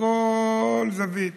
מכל זווית,